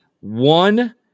one